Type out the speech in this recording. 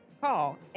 call